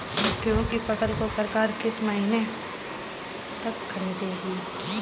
गेहूँ की फसल को सरकार किस महीने तक खरीदेगी?